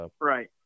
Right